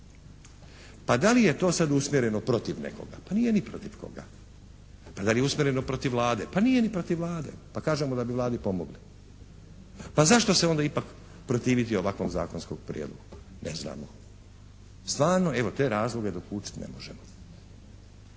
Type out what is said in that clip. Pa da li je to sada usmjereno protiv nekoga? Pa nije ni protiv koga. Pa da li je usmjereno protiv Vlade? Pa nije ni protiv Vlade. Pa kažemo da bi Vladi pomogli. Pa zašto se onda ipak protiviti ovakvom zakonskom prijedlogu, ne znamo. Stvarno evo te razloge dokučiti ne možemo.